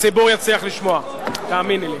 הציבור יצליח לשמוע, תאמיני לי.